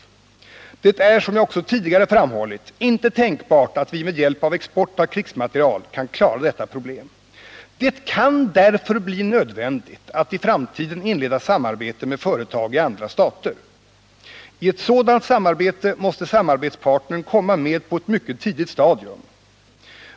Det är som jag också tidigare framhållit inte tänkbart att vi med hjälp av export av krigsmateriel kan klara detta problem. Det kan därför bli nödvändigt att i framtiden inleda samarbete med företag i andra stater. I ett sådant samarbete måste samarbetspartnern komma med på ett mycket tidigt stadium.